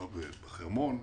בחרמון.